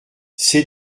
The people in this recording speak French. c’est